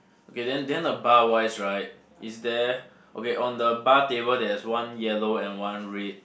okay then then the bar wise right is there okay on the bar table there is one yellow and one red